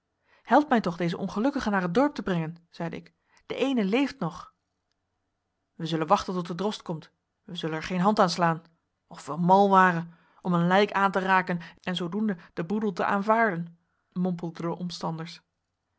helpt mij toch deze ongelukkigen naar het dorp te brengen zeide ik de eene leeft nog wij zullen wachten tot de drost komt wij zullen er geen hand aan slaan of wij mal waren om een lijk aan te raken en zoodoende den boedel te aanvaarden mompelden de omstanders